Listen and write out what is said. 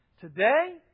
Today